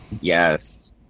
Yes